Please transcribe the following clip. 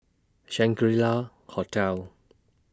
Shangri La Hotel